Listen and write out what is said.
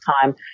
time